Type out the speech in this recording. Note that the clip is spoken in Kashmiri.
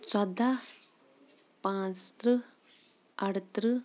ژۄداہ پانٛژتٕرٛہ اَرٕترٕہ